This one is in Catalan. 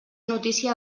notícia